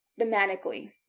thematically